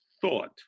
thought